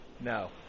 No